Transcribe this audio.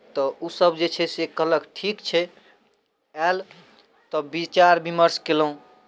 तऽ ओसभ जे छै से कहलक ठीक छै आयल तऽ विचार विमर्श कयलहुँ